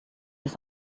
his